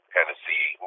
Tennessee